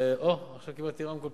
אוה, עכשיו קיבלתי רמקול פתאום.